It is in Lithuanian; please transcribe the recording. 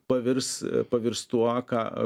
pavirs pavirs tuo ką